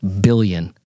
billion